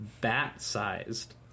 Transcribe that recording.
bat-sized